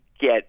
get